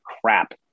crap